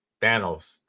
thanos